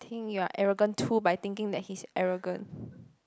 think you are arrogant too by thinking that he's arrogant